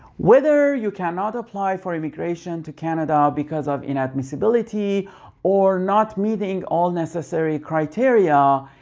whether you cannot apply for immigration to canada because of inadmissibility or not meeting all necessary criteria,